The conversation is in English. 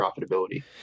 profitability